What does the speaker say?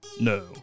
No